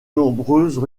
nombreuses